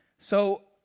so,